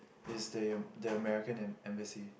is the the American and and a sea